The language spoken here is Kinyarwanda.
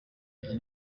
iyi